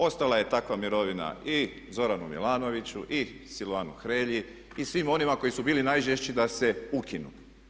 Ostala je takva mirovina i Zoranu Milanoviću i Silvanu Hrelji i svima onima koji su bili najžešći da se ukinu.